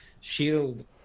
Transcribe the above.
shield